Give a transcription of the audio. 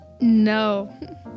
No